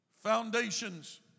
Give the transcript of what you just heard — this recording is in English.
Foundations